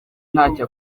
ntacyo